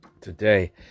Today